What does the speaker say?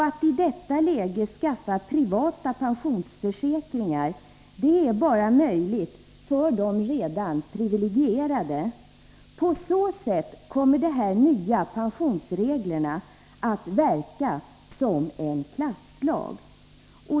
Att i detta läge skaffa privata pensionsförsäkringar är bara möjligt för de redan privilegierade. På så sätt kommer de nya pensionsreglerna att verka som en klasslag.